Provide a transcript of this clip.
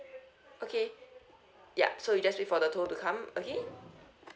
okay ya so you just wait for the tow to come okay